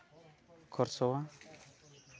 ᱠᱷᱚᱨᱥᱚᱶᱟ